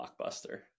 blockbuster